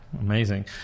Amazing